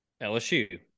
LSU